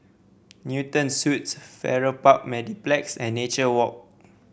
Newton Suites Farrer Park Mediplex and Nature Walk